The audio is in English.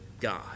God